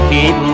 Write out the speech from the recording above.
Keep